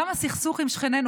גם הסכסוך עם שכנינו,